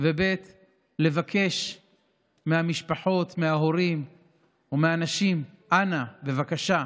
לבקש מהמשפחות, מההורים והאנשים: אנא, בבקשה,